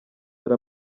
dore